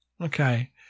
Okay